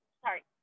Sorry